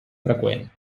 freqüent